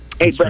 Hey